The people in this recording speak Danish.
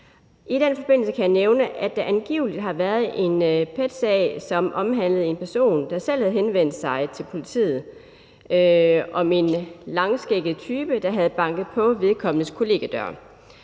I den forbindelse kan jeg nævne, at der angiveligt har været en PET-sag, som omhandlede en person, der selv havde henvendt sig til politiet om en langskægget type, der havde banket på vedkommendes kollegiedør.